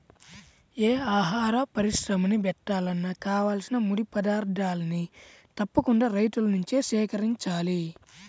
యే ఆహార పరిశ్రమని బెట్టాలన్నా కావాల్సిన ముడి పదార్థాల్ని తప్పకుండా రైతుల నుంచే సేకరించాల